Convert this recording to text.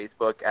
Facebook